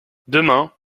demain